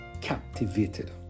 captivated